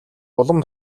улам